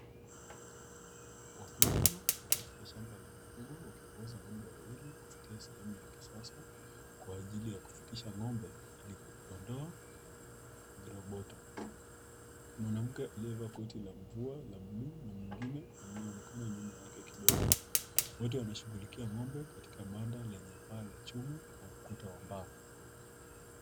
Wakulima wako katika shamba la mifugo wakiongoza ng'ombe wawili kupitia sehemu ya kisasa kwa ajili ya kupitisha ng'ombe ili kuondoa viroboto, mwanamke aliyevaa koti la mvua la buluu na mwingine anaonekana nyuma yake kidogo. Wote wanashughulikia ng'ombe katika banda lenye paa la chuma na ukuta wa mbao.